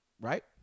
right